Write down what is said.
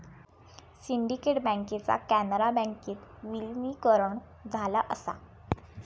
syndicate बँकेचा कॅनरा बँकेत विलीनीकरण झाला असा